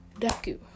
Deku